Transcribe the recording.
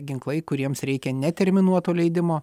ginklai kuriems reikia neterminuoto leidimo